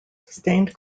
stained